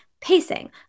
pacing